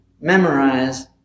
memorize